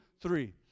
three